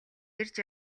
эрж